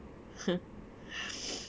hmm